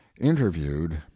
interviewed